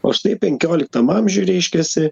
o štai penkioliktam amžiuj reiškiasi